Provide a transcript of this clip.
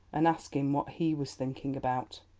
and ask him what he was thinking about.